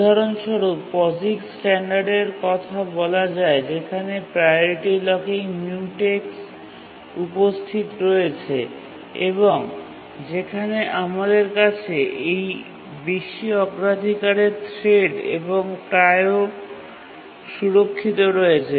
উদাহরণস্বরূপ POSIX স্ট্যান্ডার্ডের কথা বলা যায় যেখানে প্রাওরিটি লকিং মিউটেক্স উপস্থিত রয়েছে এবং যেখানে আমাদের কাছে এই বেশি অগ্রাধিকারের থ্রেড এবং PRIO সুরক্ষিত রয়েছে